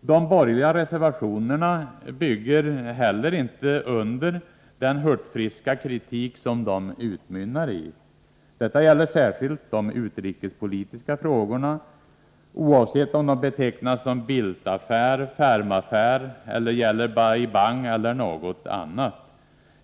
De borgerliga reservationerna bygger heller inte under den hurtfriska kritik som de utmynnar i. Detta gäller särskilt de utrikespolitiska frågorna, oavsett om de betecknas som Bildtaffär eller Fermaffär eller gäller Bai Bang eller något annat.